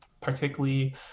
particularly